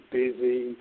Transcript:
busy